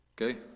Okay